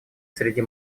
среди